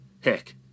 Heck